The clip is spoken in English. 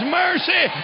mercy